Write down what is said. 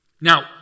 Now